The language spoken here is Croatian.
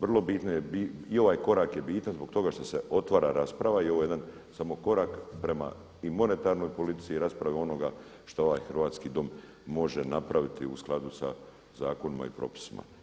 Vrlo bitno i ovaj korak je bitan zbog toga što se otvara rasprava i ovo je jesan samo korak prema i monetarnoj politici i rasprave onoga što ovaj hrvatski Dom može napraviti u skladu sa zakonima i propisima.